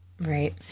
Right